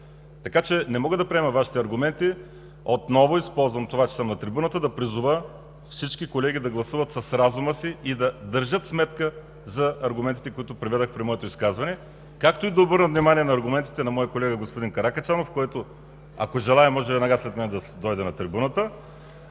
Така че не мога да приема Вашите аргументи. Отново използвам това, че съм на трибуната, за да призова всички колеги да гласуват с разума си и да държат сметка за аргументите, които приведох при моето изказване, както и да обърна внимание на аргументите на моя колега господин Каракачанов, който, ако желае, може веднага след мен да дойде на трибуната